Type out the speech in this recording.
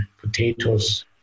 potatoes